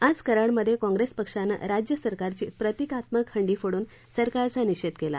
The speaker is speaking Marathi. आज कराडमध्ये काँप्रेस पक्षानं राज्य सरकारची प्रतिकात्मक हंडी फोडून सरकारचा निषेध केला